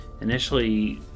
initially